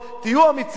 תהיו אמיצים,